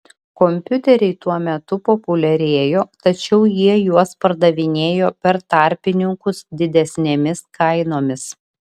kompiuteriai tuo metu populiarėjo tačiau jie juos pardavinėjo per tarpininkus didesnėmis kainomis